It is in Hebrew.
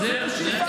זאת השאיפה.